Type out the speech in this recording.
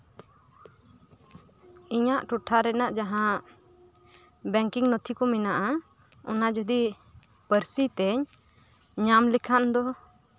ᱤᱧᱟᱹᱜ ᱴᱚᱴᱷᱟ ᱨᱮᱱᱟᱜ ᱡᱟᱸᱦᱟ ᱵᱮᱝᱠᱤᱝ ᱱᱚᱛᱷᱤ ᱠᱚ ᱢᱮᱱᱟᱜᱼᱟ ᱚᱱᱟ ᱡᱚᱫᱤ ᱯᱟᱹᱨᱥᱤᱛᱤᱧ ᱧᱟᱢ ᱞᱮᱠᱷᱟᱱ ᱫᱚ